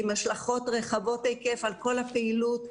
עם השלכות רחבות היקף על כל הפעילות,